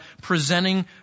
presenting